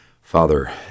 Father